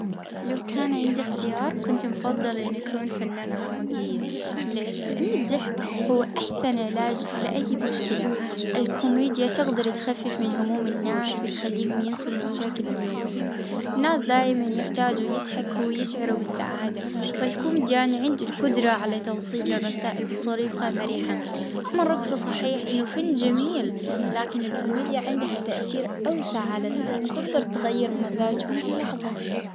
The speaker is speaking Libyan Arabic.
اه نختار أن نكون فنان كوميدي على أني نكون راقص، لأنه الضحك علاج للنفس.